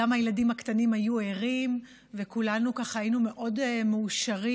גם הילדים הקטנים היו ערים וכולנו היינו מאוד מאושרים,